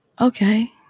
okay